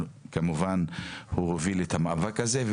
כמובן הוא הוביל את המאבק הזה,